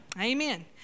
amen